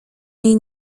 niej